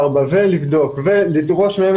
והן יכולות לדרוש את הדברים האלה.